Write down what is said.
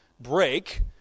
break